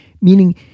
meaning